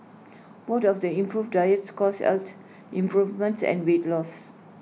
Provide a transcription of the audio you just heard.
both of the improved diets caused out improvements and weight loss